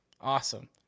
Awesome